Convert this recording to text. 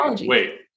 wait